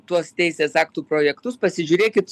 tuos teisės aktų projektus pasižiūrėkit